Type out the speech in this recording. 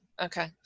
Okay